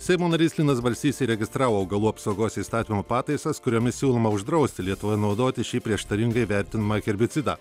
seimo narys linas balsys įregistravo augalų apsaugos įstatymo pataisas kuriomis siūloma uždrausti lietuvoje naudoti šį prieštaringai vertinamą herbicidą